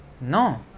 No